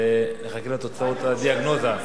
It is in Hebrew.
ונחכה לתוצאות ולדיאגנוזה.